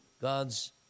God's